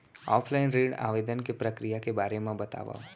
Offline ऋण आवेदन के प्रक्रिया के बारे म बतावव?